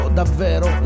davvero